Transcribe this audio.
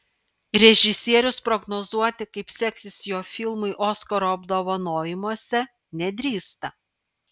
režisierius prognozuoti kaip seksis jo filmui oskaro apdovanojimuose nedrįsta